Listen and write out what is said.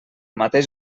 mateix